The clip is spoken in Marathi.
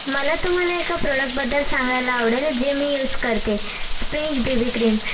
मला तुम्हाला एका प्रोडकबद्दल सांगायला आवडेल जे मी यूस करते स्प्रिंज बेबी क्रीम